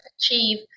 achieve